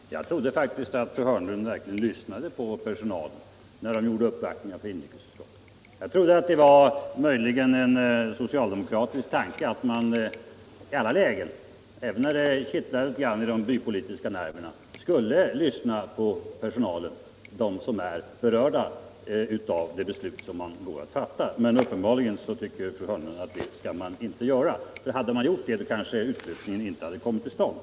Herr talman! Jag trodde faktiskt att fru Hörnlund verkligen lyssnade på personalen när den gjorde uppvaktningar för inrikesutskottet. Jag trodde att det möjligen var en socialdemokratisk tanke att man i alla lägen - även när det kittlade litet grand i de bypolitiska nerverna — skulle lyssna på personalen, dvs. de människor som är berörda av de beslut som man går att fatta. Men uppenbarligen tycker fru Hörnlund att det skall man inte göra, för hade man gjort det, så kanske utflyttningen ihte hade kommit till stånd.